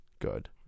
Good